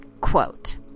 quote